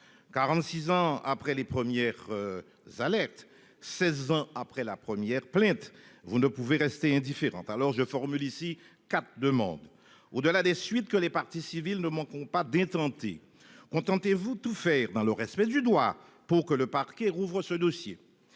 46 ans après les premières. Alertes. 16 ans après la première plainte vous ne pouvait rester indifférente. Alors je formule ici quatre demande au delà des suites que les parties civiles ne manquons pas d'intenter contentez-vous tout faire dans le respect du droit pour que le Parquet rouvre ce dossier.